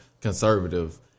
conservative